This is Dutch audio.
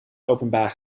openbaar